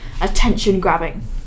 attention-grabbing